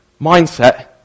mindset